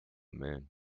moon